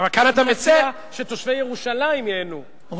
אבל כאן אתה מציע שתושבי ירושלים ייהנו,